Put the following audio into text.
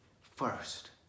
First